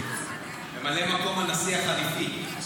ממלא מקום הנשיא החליפי.